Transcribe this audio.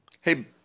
Hey